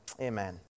Amen